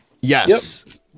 Yes